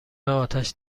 اتش